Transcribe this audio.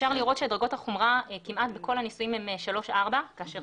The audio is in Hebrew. אפשר לראות שדרגות החומרה כמעט בכל הניסויים הן 4-3. כאשר